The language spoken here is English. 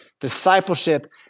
Discipleship